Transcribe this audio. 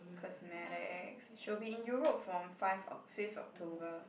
cosmetics she'll be in Europe from five oc~ fifth October